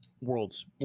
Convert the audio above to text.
worlds